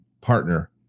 partner